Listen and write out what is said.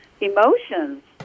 emotions